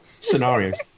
scenarios